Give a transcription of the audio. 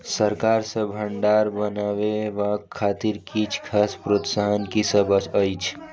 सरकार सँ भण्डार बनेवाक खातिर किछ खास प्रोत्साहन कि सब अइछ?